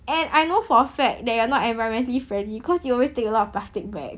and I know for a fact that you are not environmentally friendly because you always take a lot of plastic bag